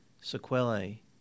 sequelae